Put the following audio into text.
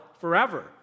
forever